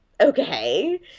Okay